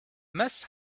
must